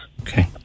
Okay